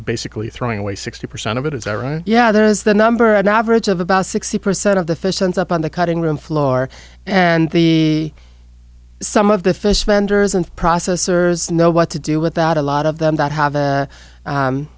basically throwing away sixty percent of it is i right yeah there's the number an average of about sixty percent of the fish ends up on the cutting room floor and the some of the fish vendors and processors know what to do with that a lot of them that have